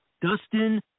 dustin